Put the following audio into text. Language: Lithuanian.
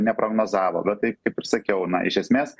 neprognozavo bet tai kaip ir sakiau na iš esmės